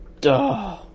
Duh